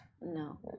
no